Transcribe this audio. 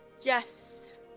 Yes